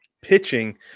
Pitching